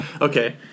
Okay